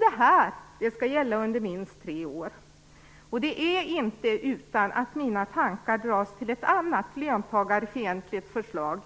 Det här skall gälla under minst tre år. Det är inte utan att mina tankar dras till ett annat löntagarfientligt förslag,